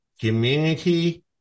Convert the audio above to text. community